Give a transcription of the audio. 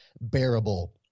bearable